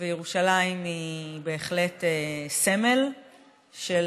וירושלים היא בהחלט סמל של